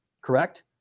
Correct